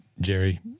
Jerry